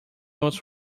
notes